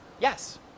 Yes